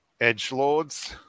Edgelords